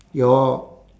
your